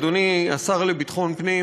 אדוני השר לביטחון פנים,